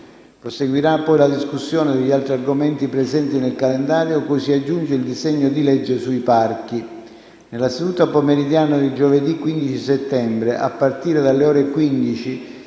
Proseguirà poi la discussione degli altri argomenti presenti nel calendario, cui si aggiunge il disegno di legge sui parchi.